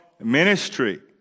ministry